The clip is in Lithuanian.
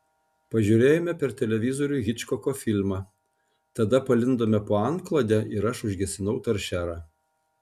pažiūrėjome per televizorių hičkoko filmą tada palindome po antklode ir aš užgesinau toršerą